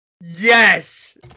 Yes